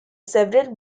several